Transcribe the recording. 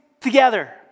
together